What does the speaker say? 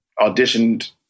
auditioned